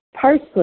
parsley